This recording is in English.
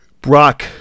Brock